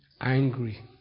angry